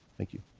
thank you.